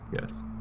Yes